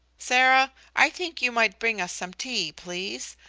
sarah, i think you might bring us some tea, please,